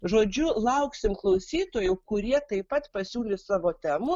žodžiu lauksim klausytojų kurie taip pat pasiūlys savo temų